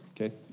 okay